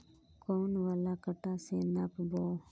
कौन वाला कटा से नाप बो?